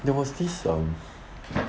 that was this um